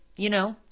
you know,